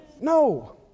No